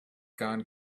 gone